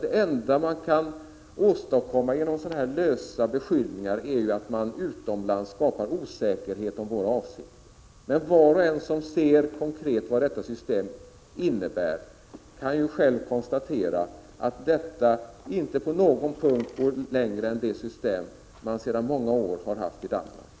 Det enda man kan åstadkomma genom sådana lösa beskyllningar är att man utomlands skapar osäkerhet om vår avsikt. Men var och en som ser konkret vad detta system innebär kan ju själv konstatera att detta inte på någon punkt går längre än det system som man sedan många år har haft i Danmark.